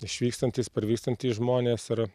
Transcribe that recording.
išvykstantys parvykstantys žmonės ar